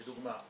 לדוגמה.